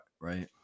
right